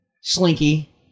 slinky